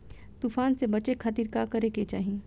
तूफान से बचे खातिर का करे के चाहीं?